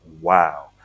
Wow